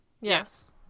Yes